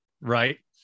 right